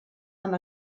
amb